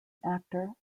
actor